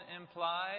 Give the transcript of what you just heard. implied